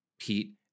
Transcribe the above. Pete